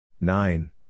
nine